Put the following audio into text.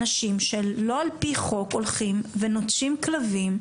אנשים שלא על פי חוק הולכים ונוטשים כלבים,